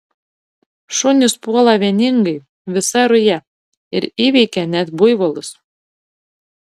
šunys puola vieningai visa ruja ir įveikia net buivolus